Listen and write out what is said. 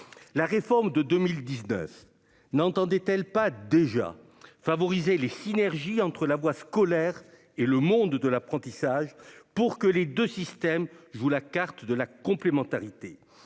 La réforme de 2019 n'entendait-elle pas déjà favoriser les synergies entre la voie scolaire et le monde de l'apprentissage, afin que les deux systèmes jouent la carte de la complémentarité ?